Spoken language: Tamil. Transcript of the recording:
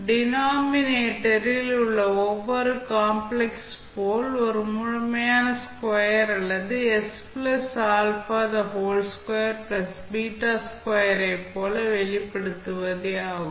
டினாமினேட்டர் ல் உள்ள ஒவ்வொரு காம்ப்ளக்ஸ் போல் ஒரு முழுமையான ஸ்கொயர் அதாவது s α2 β2 ஐப் போல வெளிப்படுத்துவதே ஆகும்